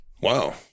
Wow